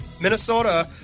Minnesota